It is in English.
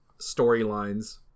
storylines